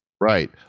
Right